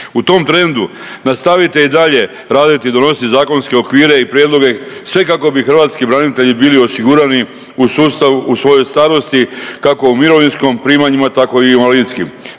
U tom trendu nastavite i dalje raditi i donositi zakonske okvire i prijedloge sve kako bi hrvatski branitelji bili osigurani u sustavu u svojoj starosti, kako u mirovinskim primanjima, tako i u invalidskim.